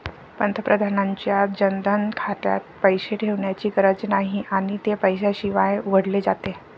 पंतप्रधानांच्या जनधन खात्यात पैसे ठेवण्याची गरज नाही आणि ते पैशाशिवाय उघडले जाते